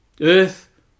earth